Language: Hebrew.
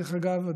דרך אגב,